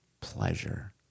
pleasure